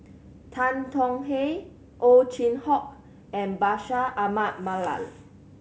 Tan Tong Hye Ow Chin Hock and Bashir Ahmad Mallal